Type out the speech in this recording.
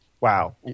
wow